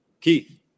Keith